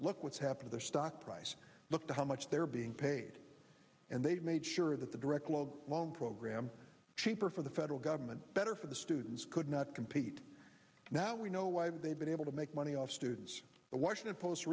look what's happened their stock price look to how much they're being paid and they've made sure that the direct loan program cheaper for the federal government better for the students could not compete now we know why they've been able to make money off students the washington post